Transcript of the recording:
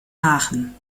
aachen